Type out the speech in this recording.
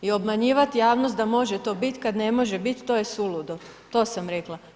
I obmanjivat javnost da može to bit kad ne može bit, to je suludo, to sam rekla.